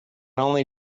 only